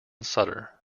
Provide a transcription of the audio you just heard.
sutter